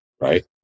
right